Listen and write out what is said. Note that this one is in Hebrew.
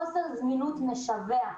חוסר זמינות משווע.